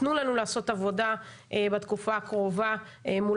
תנו לנו לעשות עבודה בתקופה הקרובה מול